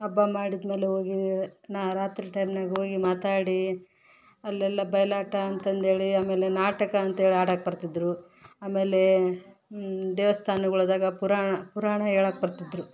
ಹಬ್ಬ ಮಾಡಿದಮೇಲೆ ಹೋಗಿ ನಾ ರಾತ್ರಿ ಟೈಮ್ನಾಗೆ ಹೋಗಿ ಮಾತಾಡೀ ಅಲ್ಲೆಲ್ಲ ಬೈಲಾಟ ಅಂತಂದೇಳಿ ಆಮೇಲೆ ನಾಟಕ ಅಂತೇಳಿ ಆಡೋಕ್ ಬರ್ತಿದ್ರು ಆಮೇಲೇ ದೇವಸ್ತಾನಗಳದಾಗ ಪುರಾಣ ಪುರಾಣ ಹೇಳಾಕ್ ಬರ್ತಿದ್ರು